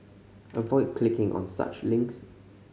avoid clicking on such links